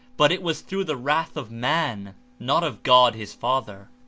but it was through the wrath of man, not of god, his father.